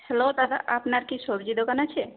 hello দাদা আপনার কি সবজি দোকান আছে